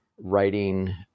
writing